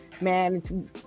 man